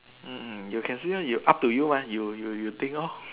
mm mm you can see ah you up to you ah you you you think orh